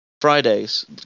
Fridays